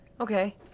okay